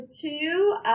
two